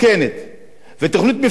ותוכנית מפורטת, לא יזומה.